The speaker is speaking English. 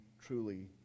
truly